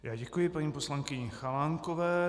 Já děkuji paní poslankyni Chalánkové.